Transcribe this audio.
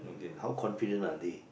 how confident are they